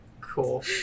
Cool